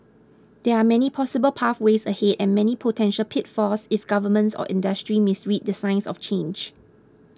there are many possible pathways ahead and many potential pitfalls if governments or industry misread the signs of change